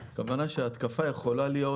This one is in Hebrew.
שהתקפה יכולה להיות